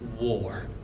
war